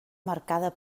marcada